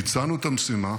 ביצענו את המשימה.